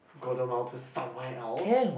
Golden Mile to somewhere else